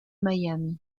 miami